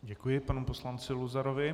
Děkuji panu poslanci Luzarovi.